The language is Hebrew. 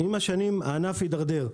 עם השנים הענף הידרדר.